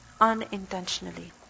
unintentionally